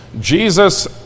Jesus